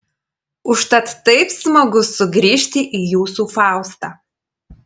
užtat taip smagu sugrįžti į jūsų faustą